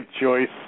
choice